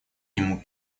нему